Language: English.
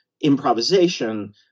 improvisation